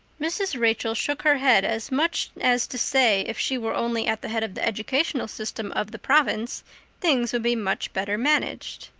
mrs. rachel shook her head, as much as to say if she were only at the head of the educational system of the province things would be much better managed.